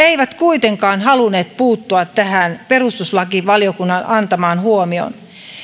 eivät kuitenkaan halunneet puuttua tähän perustuslakivaliokunnan antamaan huomioon